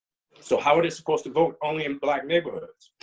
so how are they supposed to vote only in black neighborhoods?